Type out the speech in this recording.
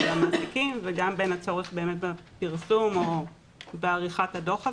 המעסיקים וגם בין הצורך באמת בפרסום או בעריכת הדוח הזה,